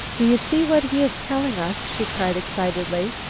do you see what he is telling us? she cried excitedly.